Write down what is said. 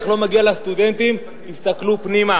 במקום, הולך, לא מגיע לסטודנטים, תסתכלו פנימה,